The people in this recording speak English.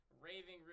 raving